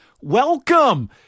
welcome